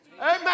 Amen